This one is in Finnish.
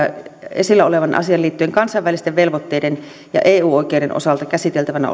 esillä olevaan asiaan liittyen kansainvälisten velvoitteiden ja eu oikeuden osalta käsiteltävänä